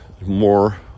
more